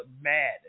mad